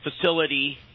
facility